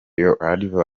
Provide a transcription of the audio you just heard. your